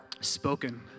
spoken